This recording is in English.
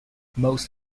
most